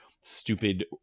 stupid